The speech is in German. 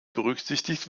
berücksichtigt